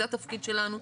זה התפקיד שלנו,